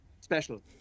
special